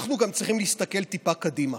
אנחנו גם צריכים להסתכל טיפה קדימה.